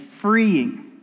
freeing